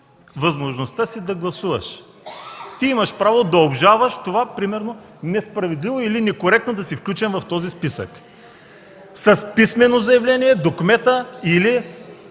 възможността си да гласуваш. Имаш право да обжалваш това, примерно, несправедливо или некоректно да си изключен в този списък – с писмено заявление до кмета на